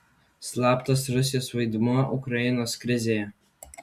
slaptas rusijos vaidmuo ukrainos krizėje